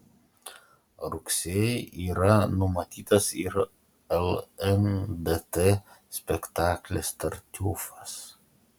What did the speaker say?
rugsėjį yra numatytas ir lndt spektaklis tartiufas